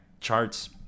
charts